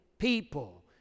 people